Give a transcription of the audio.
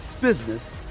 business